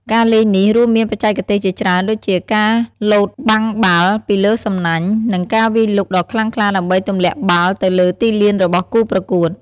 ការលេងនេះរួមមានបច្ចេកទេសជាច្រើនដូចជាការលោតបាំងបាល់ពីលើសំណាញ់ និងការវាយលុកដ៏ខ្លាំងក្លាដើម្បីទម្លាក់បាល់ទៅលើទីលានរបស់គូប្រកួត។